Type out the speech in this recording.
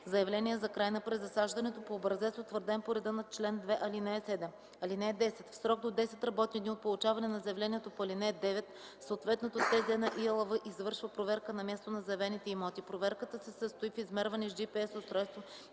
заявление за край на презасаждането по образец, утвърден по реда на чл. 2, ал. 7. (10) В срок до 10 работни дни от получаване на заявлението по ал. 9 съответното ТЗ на ИАЛВ извършва проверка на място на заявените имоти. Проверката се състои в измерване с GPS устройство